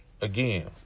Again